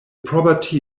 property